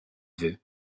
veut